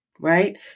right